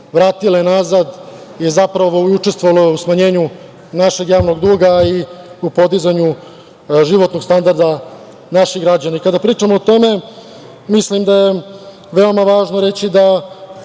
vratile nazad i zapravo učestvovale u smanjenju našeg javnog duga i u podizanju životnog standarda naših građana.I kada pričamo o tome mislim da je veoma važno reći da